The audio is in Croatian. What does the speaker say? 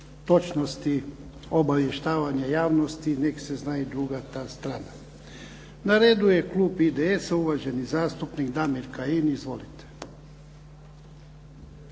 točnosti obavještavanja javnosti nek se zna i druga ta strana. Na redu je klub IDS-a, uvaženi zastupnik Damir Kajin. Izvolite.